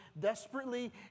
desperately